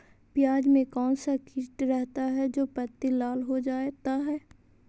प्याज में कौन सा किट रहता है? जो पत्ती लाल हो जाता हैं